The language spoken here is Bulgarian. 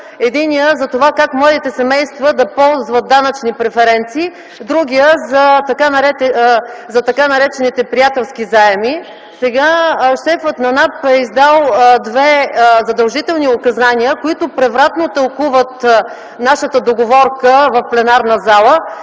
единият за това как младите семейства да ползват данъчни преференции; другият – за така наречените приятелски заеми. Сега шефът на Националната агенция за приходите е издал две задължителни указания, които превратно тълкуват нашата договорка в пленарната зала,